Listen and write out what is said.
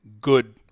good